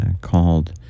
called